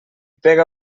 pega